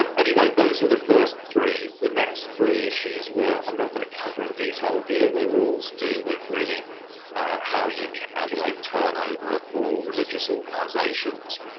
anyway, those were the first three. the next three issues were. i'm not gonna cover in detail here. they were all to do with really how you calculate turnover for religious organizations,